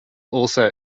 also